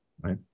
right